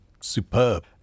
superb